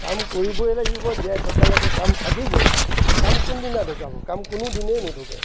কাম কৰিবই লাগিব জীয়াই থকালৈকে কাম থাকিবয়ে কাম কোনদিনা ঢুকাব কাম কোনোদিনেই নুঢুকাই